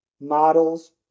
models